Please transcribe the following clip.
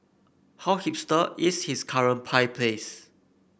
how hipster is his current pie place